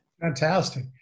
Fantastic